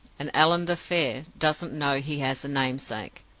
and allan the fair doesn't know he has namesake.